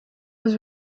was